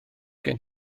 gen